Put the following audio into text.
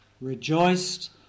rejoiced